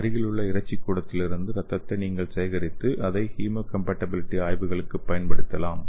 அருகிலுள்ள இறைச்சிக் கூடத்திலிருந்து இரத்தத்தை நீங்கள் சேகரித்து அதை ஹீமோகாம்பாட்டிபிலிட்டி ஆய்வுகளுக்குப் பயன்படுத்தலாம்